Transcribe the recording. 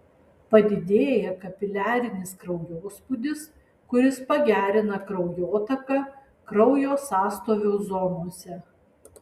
padidėja kapiliarinis kraujospūdis kuris pagerina kraujotaką kraujo sąstovio zonose